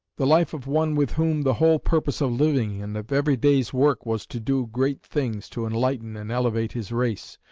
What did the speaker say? the life of one with whom the whole purpose of living and of every day's work was to do great things to enlighten and elevate his race,